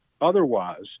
otherwise